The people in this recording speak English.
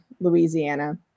louisiana